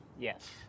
Yes